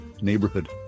neighborhood